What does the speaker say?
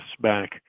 back